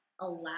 allow